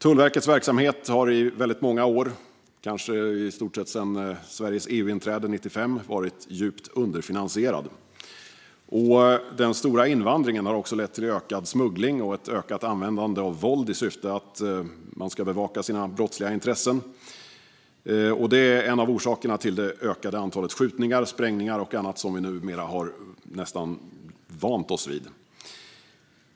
Tullverkets verksamhet har i väldigt många år, kanske i stort sett sedan Sveriges EU-inträde 1995, varit djupt underfinansierad. Den stora invandringen har också lett till ökad smuggling och ett ökat användande av våld i syfte att man ska bevaka sina brottsliga intressen. Det är en av orsakerna till det ökade antalet skjutningar, sprängningar och annat som vi numera nästan har vant oss vid.